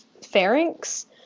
pharynx